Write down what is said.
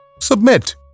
Submit